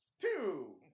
two